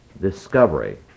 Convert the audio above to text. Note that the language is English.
discovery